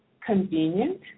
convenient